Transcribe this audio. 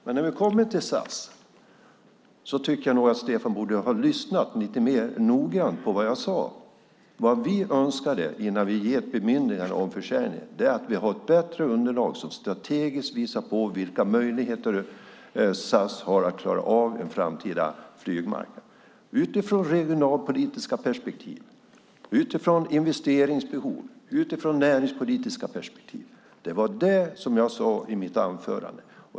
Men när vi kommer till SAS tycker jag att Stefan Attefall borde ha lyssnat lite noggrannare på vad jag sade. Det vi önskar, innan vi ger ett bemyndigande om försäljning, är ett bättre underlag som strategiskt visar vilka möjligheter SAS har att klara av en framtida flygmarknad, detta utifrån regionalpolitiska perspektiv, utifrån investeringsbehov, utifrån näringspolitiska perspektiv. Det var vad jag sade i mitt anförande.